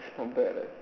compared like